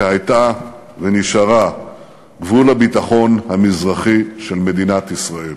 שהייתה ונשארה גבול הביטחון המזרחי של מדינת ישראל.